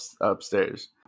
upstairs